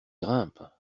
grimpe